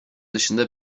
dışında